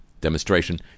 demonstration